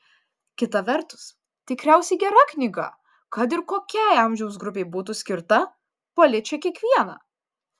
kita vertus tikriausiai gera knyga kad ir kokiai amžiaus grupei būtų skirta paliečia kiekvieną